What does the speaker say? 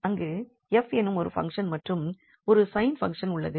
அங்கு 𝑓 எனும் ஒரு பங்ஷன் மற்றும் ஒரு sine பங்ஷன் உள்ளது